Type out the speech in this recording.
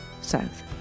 south